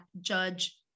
Judge